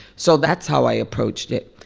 so that's how i approached it.